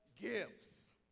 gifts